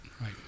right